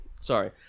Sorry